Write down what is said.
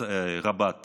רב"ט